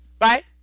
right